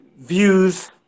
views